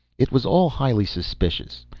it was all highly suspicious.